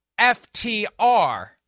FTR